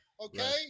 okay